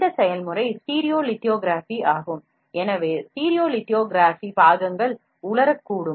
இந்த செயல்முறை ஸ்டீரியோலிதோகிராஃபி ஆகும் எனவே ஸ்டீரியோலிதோகிராஃபி பாகங்கள் உலரக்கூடும்